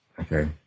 okay